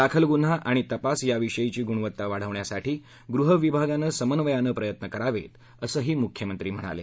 दाखल गुन्हा आणि तपास याविषयीची गुणवत्ता वाढवण्यासाठी गृह विभागानं समन्वयानं प्रयत्न करावेत असंही मुख्यमंत्री म्हणाले